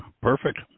Perfect